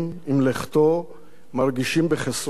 מרגישים בחסרונו במסדרונות הכנסת,